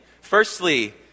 Firstly